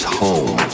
home